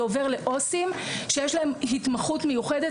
זה עובר לעו"סים שיש להם התמחות מיוחדת,